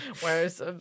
Whereas